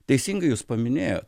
teisingai jūs paminėjo